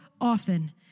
often